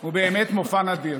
הוא באמת מופע נדיר.